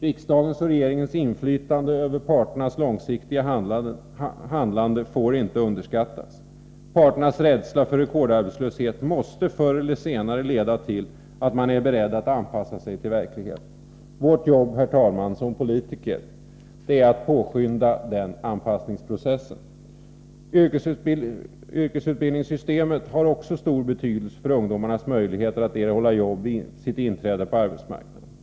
Riksdagens och regeringens inflytande över parternas långsiktiga handlande får inte underskattas. Parternas rädsla för redkordarbetslöshet måste förr eller senare leda till att man är beredd att anpassa sig till verkligheten. Vårt jobb som politiker, herr talman, är att påskynda den anpassningsprocessen. Även yrkesutbildningssystemet har stor betydelse för ungdomarnas möjligheter att erhålla jobb vid inträdet på arbetsmarknaden.